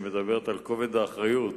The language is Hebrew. שמדברת על כובד האחריות